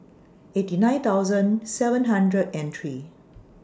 eighty nine thousand seven hundred and three